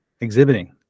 exhibiting